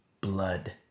Blood